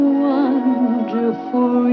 wonderful